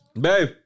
Babe